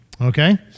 Okay